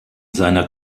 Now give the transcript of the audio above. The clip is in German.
seiner